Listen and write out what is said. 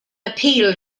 appeal